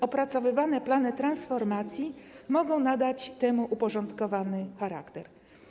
Opracowywane plany transformacji mogą nadać temu uporządkowany charakter.